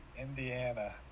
Indiana